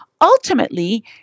ultimately